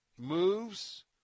Moves